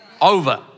over